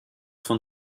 von